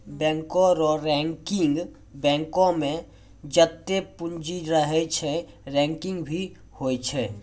बैंको रो रैंकिंग बैंको मे जत्तै पूंजी रहै छै रैंकिंग भी होय छै